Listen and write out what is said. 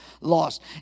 lost